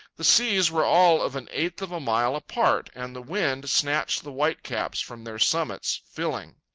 the seas were all of an eighth of a mile apart, and the wind snatched the whitecaps from their summits, filling.